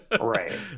right